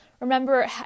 remember